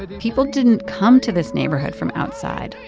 but people didn't come to this neighborhood from outside,